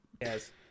Yes